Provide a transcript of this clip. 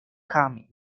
kami